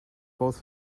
both